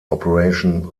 operation